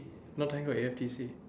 not tango A_F_T_C